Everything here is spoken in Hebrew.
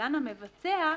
לקבלן המבצע,